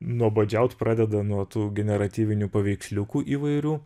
nuobodžiaut pradeda nuo tų generatyvinių paveiksliukų įvairių